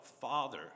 Father